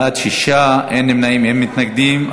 בעד, 6, אין נמנעים, אין מתנגדים.